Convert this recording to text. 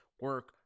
Work